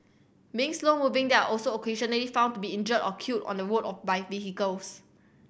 mean slow moving they are also occasionally found to be injured or killed on the road of by vehicles